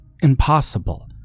impossible